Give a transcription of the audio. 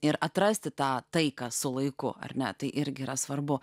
ir atrasti tą taiką su laiku ar ne tai irgi yra svarbu